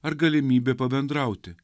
ar galimybė pabendrauti